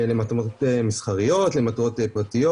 למטרות מסחריות, למטרות פרטיות.